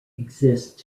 exist